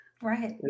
Right